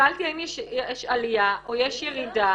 שאלתי האם יש עלייה או יש ירידה.